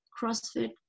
crossfit